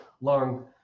long